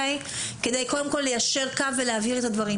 כדי קודם כל ליישר קו ולהבהיר את הדברים,